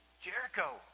Jericho